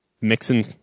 mixing